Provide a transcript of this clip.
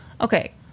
okay